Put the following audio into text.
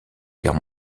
guerre